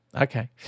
Okay